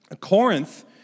Corinth